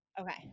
Okay